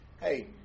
Hey